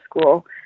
school